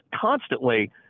constantly